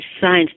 science